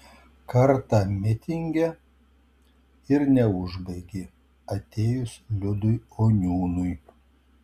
kartą mitinge ir neužbaigė atėjus liudui oniūnui